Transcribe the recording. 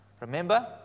Remember